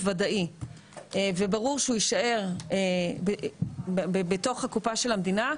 וודאי וברור שהוא יישאר בתוך הקופה של המדינה,